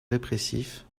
répressif